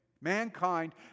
mankind